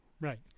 right